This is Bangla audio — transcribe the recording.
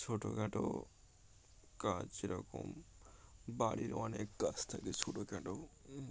ছোটোখাটো কাজ যেরকম বাড়ির অনেক কাজ থাকে ছোটোখাটো